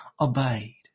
obeyed